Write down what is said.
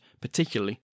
particularly